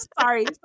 sorry